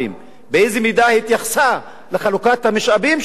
באיזו מידה התייחסה לחלוקת המשאבים של המדינה,